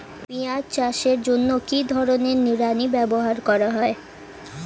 পিঁয়াজ চাষের জন্য কি ধরনের নিড়ানি ব্যবহার করা হয়?